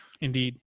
Indeed